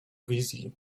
wizji